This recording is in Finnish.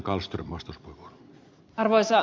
arvoisa puhemies